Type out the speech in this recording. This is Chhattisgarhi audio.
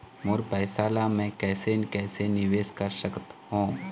मोर पैसा ला मैं कैसे कैसे निवेश कर सकत हो?